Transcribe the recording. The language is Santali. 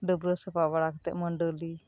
ᱰᱟᱹᱵᱽᱨᱟᱹ ᱥᱟᱯᱟ ᱵᱟᱲᱟ ᱠᱟᱛᱮᱫ ᱢᱟᱹᱰᱟᱹᱞᱤ